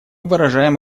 выражаем